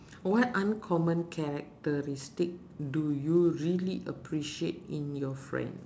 what uncommon characteristic do you really appreciate in your friend